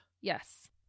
Yes